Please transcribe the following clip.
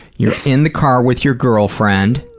you're in the car with your girlfriend.